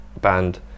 band